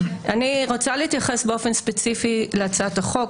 אני רוצה להתייחס באופן ספציפי להצעת החוק.